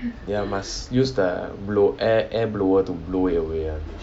ys must use the blow air air blower to blow it away [one]